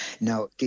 now